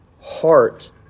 Heart